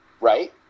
right